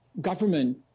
government